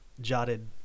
jotted